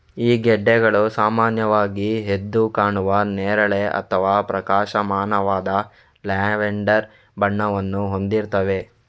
ಈ ಗೆಡ್ಡೆಗಳು ಸಾಮಾನ್ಯವಾಗಿ ಎದ್ದು ಕಾಣುವ ನೇರಳೆ ಅಥವಾ ಪ್ರಕಾಶಮಾನವಾದ ಲ್ಯಾವೆಂಡರ್ ಬಣ್ಣವನ್ನು ಹೊಂದಿರ್ತವೆ